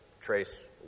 trace